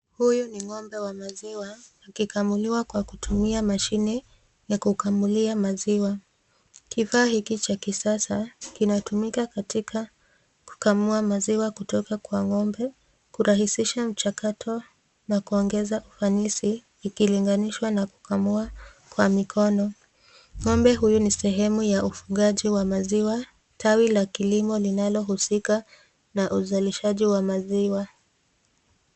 Huyu ni ng'ombe wa maziwa akikamuliwa kwa kutumia mashine ya kukamua maziwa. Kifaa hiki cha kisasa kinatumika katika kukamua maziwa kutoka kwa ng'ombe, kurahisisha mchakato, na kuongeza uhalisi, ikilinganishwa na kukamua kwa mikono. Ng'ombe huyu ni sehemu ya ufugaji wa maziwa tawi la kilimo linalohusika na uzalishaji wa maziwa.